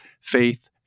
faith